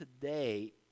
today